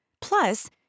Plus